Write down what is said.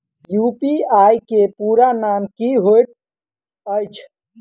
UPI केँ पूरा नाम की होइत अछि?